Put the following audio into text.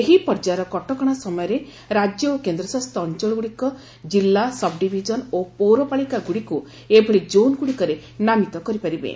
ଏହି ପର୍ଯ୍ୟୟର କଟକଣା ସମୟରେ ରାଜ୍ୟ ଓ କେନ୍ଦ୍ରଶାସିତ ଅଞ୍ଚଳଗୁଡ଼ିକ ଜିଲ୍ଲା ସବ୍ଡିଭିଜନ ଓ ପୌରପାଳିକାଗୁଡ଼ିକୁ ଏଭଳି ଜୋନ୍ଗୁଡ଼ିକରେ ନାମିତ କରିପାରିବେ